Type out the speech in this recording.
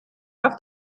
auf